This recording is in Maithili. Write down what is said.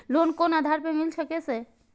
लोन कोन आधार पर मिल सके छे?